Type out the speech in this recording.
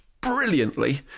brilliantly